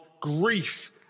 grief